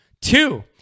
two